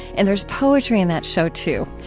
and there's poetry in that show too,